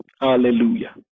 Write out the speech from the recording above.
Hallelujah